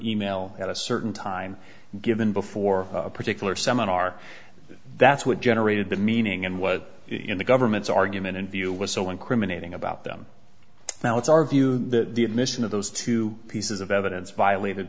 e mail at a certain time given before a particular seminar that's what generated the meaning and was in the government's argument in view was so incriminating about them now it's our view that the admission of those two pieces of evidence violated